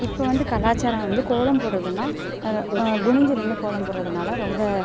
இப்போ வந்து கலாச்சாரம் வந்து கோலம் போடுறதுனா குனிஞ்சு நின்று கோலம் போடுறதுனால ரொம்ப